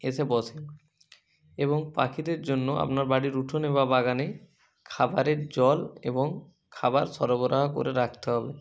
এসে বসে এবং পাখিদের জন্য আপনার বাড়ির উঠোনে বা বাগানে খাবারের জল এবং খাবার সরবরাহ করে রাখতে হবে